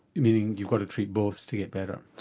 meaning you've got to treat both to get better?